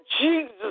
Jesus